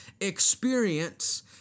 Experience